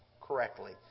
correctly